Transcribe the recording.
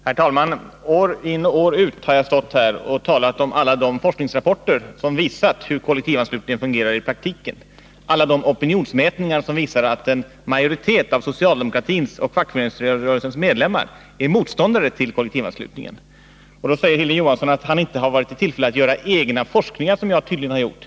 Herr talman! År in och år ut har jag stått här och talat om alla de forskningsrapporter som visar hur kollektivanslutningen fungerar i praktiken och alla de opinionsmätningar som visar att en majoritet av socialdemokratins och fackföreningsrörelsens medlemmar är motståndare till kollektivanslutningen. Då säger Hilding Johansson att han inte har varit i tillfälle att göra några egna forskningar, som jag tydligen skulle ha gjort.